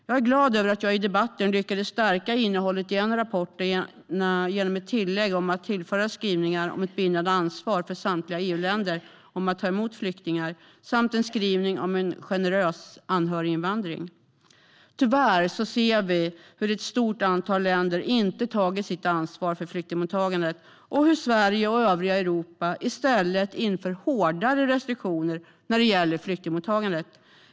Jag är glad över att jag i debatten lyckades stärka innehållet i en av rapporterna genom ett tillägg om att tillföra skrivningar om ett bindande ansvar för samtliga EU-länder att ta emot flyktingar, samt en skrivning om en generös anhöriginvandring. Tyvärr ser vi att ett stort antal länder inte har tagit sitt ansvar för flyktingmottagandet och hur Sverige och övriga Europa i stället inför hårdare restriktioner när det gäller flyktingmottagandet.